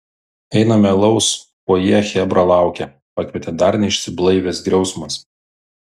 einame alaus fojė chebra laukia pakvietė dar neišsiblaivęs griausmas